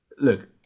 look